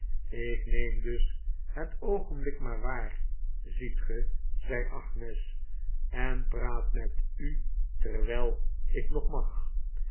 ik neem dus het oogenblik maar waar ziet ge zei agnes en praat met u terwijl ik nog mag